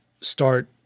start